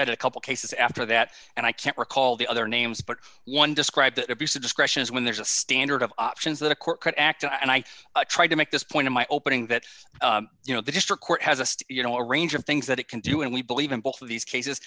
cite a couple cases after that and i can't recall the other names but one described that abuse of discretion is when there's a standard of options that a court could act and i tried to make this point in my opening that you know the district court has a you know a range of things that it can do and we believe in both of these cases